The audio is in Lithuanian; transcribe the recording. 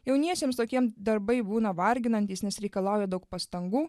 jauniesiems tokiem darbai būna varginantys nes reikalauja daug pastangų